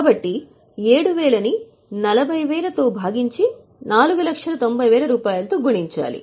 కాబట్టి 7000 ని 40000 తో భాగించి 490000 తో గుణించాలి